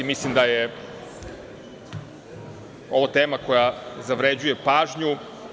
Mislim da je ovo tema koja zavređuje pažnju.